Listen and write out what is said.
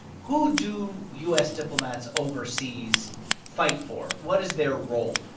who do u s. diplomats overseas fight for? what is their role?